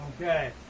okay